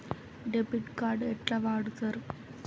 Debit card ఎట్లా వాడుతరు?